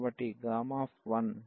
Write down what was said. కాబట్టి ఇది 1 అవుతుంది